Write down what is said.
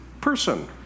person